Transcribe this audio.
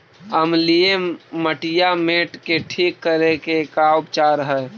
अमलिय मटियामेट के ठिक करे के का उपचार है?